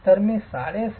तर मी 7